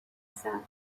sand